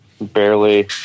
barely